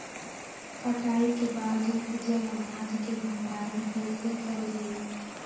कटाई के बाद उपजल अनाज के भंडारण कइसे करियई?